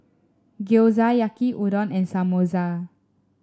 Gyoza Yaki Udon and Samosa